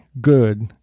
good